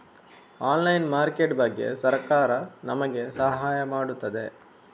Online market ಬಗ್ಗೆ ಸರಕಾರ ನಮಗೆ ಸಹಾಯ ಮಾಡುತ್ತದೆ?